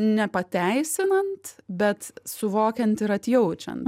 nepateisinant bet suvokiant ir atjaučian